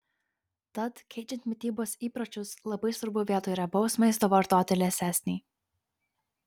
tad keičiant mitybos įpročius labai svarbu vietoj riebaus maisto vartoti liesesnį